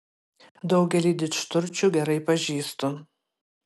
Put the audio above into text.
daugelį didžturčių gerai pažįstu